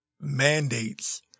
mandates